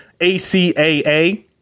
ACAA